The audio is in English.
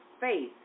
faith